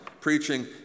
preaching